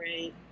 right